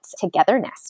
togetherness